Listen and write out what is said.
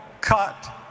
cut